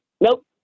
Nope